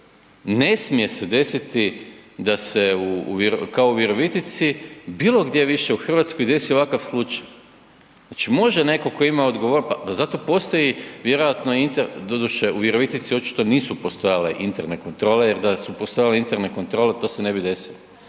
Ne smije se desiti da se kao u Virovitici bilo gdje više u Hrvatskoj desi ovakav slučaj. Znači može netko tko ima odgovornost, pa zato postoji, vjerojatno, doduše u Virovitici očito nisu postojale interne kontrole jer da su postojale interne kontrole, to se ne bi desilo.